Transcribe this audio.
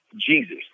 Jesus